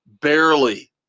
Barely